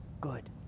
good